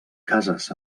cases